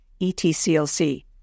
ETCLC